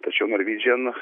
tačiau norvydžian